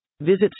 Visit